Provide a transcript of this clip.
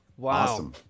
Wow